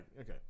okay